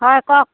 হয় কওক